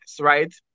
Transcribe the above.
right